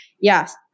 Yes